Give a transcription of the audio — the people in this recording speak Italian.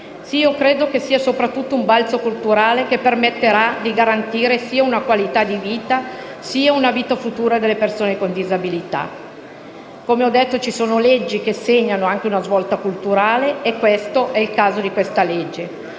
sì, io credo che sia soprattutto un gran balzo culturale - che permetterà di garantire sia una qualità della vita sia una vita futura alle persone con disabilità. Come ho detto, ci sono leggi che segnano anche una svolta culturale ed è il caso di questa legge.